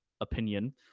opinion